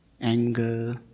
anger